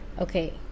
okay